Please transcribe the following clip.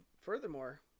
furthermore